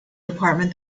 department